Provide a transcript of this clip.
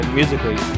musically